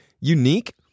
unique